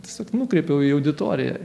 tiesiog nukreipiau į auditoriją